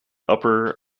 upper